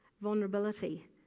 vulnerability